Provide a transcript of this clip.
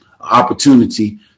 opportunity